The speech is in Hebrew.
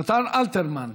נתן אלתרמן,